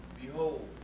behold